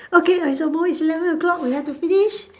okay lah it's almost it's eleven O-clock we have to finish